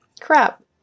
Crap